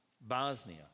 Bosnia